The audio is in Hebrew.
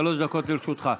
שלוש דקות לרשותך.